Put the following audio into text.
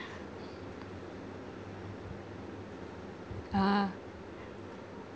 ah